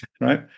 Right